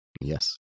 Yes